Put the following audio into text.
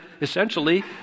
essentially